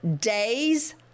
days